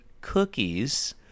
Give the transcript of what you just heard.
cookies